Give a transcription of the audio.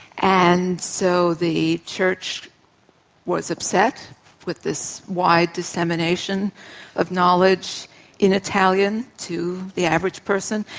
and so the church was upset with this wide dissemination of knowledge in italian to the average person.